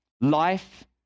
life